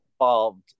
involved